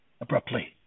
abruptly